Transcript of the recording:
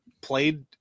played